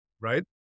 right